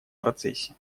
процессе